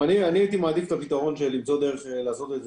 אני הייתי מעדיף את הפתרון למצוא דרך לעשות את זה.